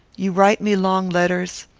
you write me long letters,